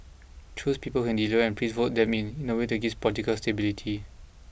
choose people who can deliver and please vote them in in a way that gives political stability